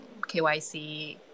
KYC